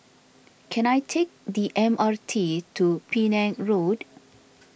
can I take the M R T to Penang Road